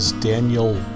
Daniel